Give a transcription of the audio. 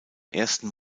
ersten